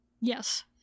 Yes